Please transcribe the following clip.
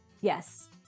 yes